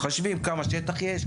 מחשבים כמה שטח יש,